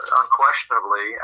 unquestionably